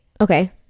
Okay